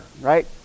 right